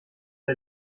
der